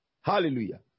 Hallelujah